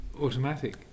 automatic